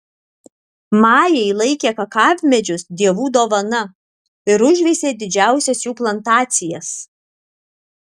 majai laikė kakavmedžius dievų dovana ir užveisė didžiausias jų plantacijas